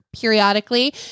periodically